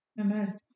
Amen